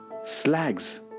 slags